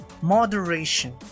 Moderation